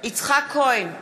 יצחק כהן,